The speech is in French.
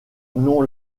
nom